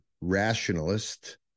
rationalist